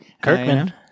kirkman